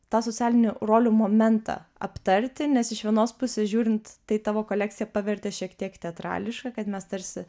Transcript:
tą socialinių rolių momentą aptarti nes iš vienos pusės žiūrint tai tavo kolekciją pavertė šiek tiek teatrališka kad mes tarsi